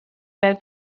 fel